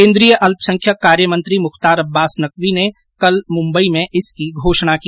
केन्द्रीय अल्पसंख्यक कार्य मंत्री मुख्तार अब्बास नकवी ने कल मुंबई में इसकी घोषणा की